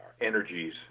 energies